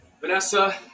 Vanessa